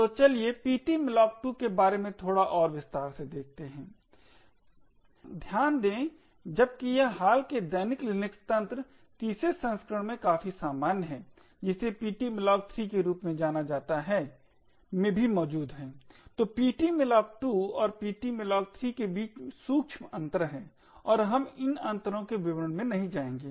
तो चलिए ptmalloc2 के बारे में थोड़ा और विस्तार से देखते हैं ध्यान दें जबकि यह हाल के दैनिक लिनक्स तंत्र तीसरे संस्करण में काफी सामान्य है जिसे ptmalloc3 के रूप में जाना जाता है में भी मौजूद है तो ptmalloc2 और ptmalloc3 के बीच सूक्ष्म अंतर हैं और हम इन अंतरों के विवरण में नही जायेगे